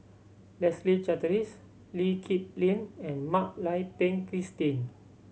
Leslie Charteris Lee Kip Lin and Mak Lai Peng Christine